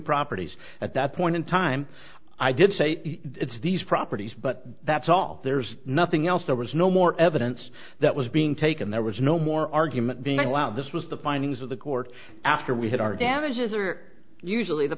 properties at that point in time i did say it's these properties but that's all there's nothing else there was no more evidence that was being taken there was no more argument being allowed this was the findings of the court after we had our